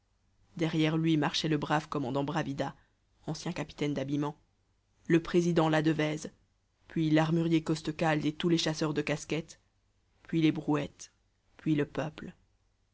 derrière lui marchaient le brave commandant bravida ancien capitaine d'habillement le président ladevèze puis l'armurier costecalde et tous les chasseurs de casquettes puis les brouettes puis le peuple